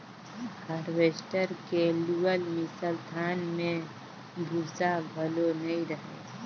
harvester के लुअल मिसल धान में भूसा घलो नई रहें